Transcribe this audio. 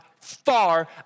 far